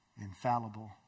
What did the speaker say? infallible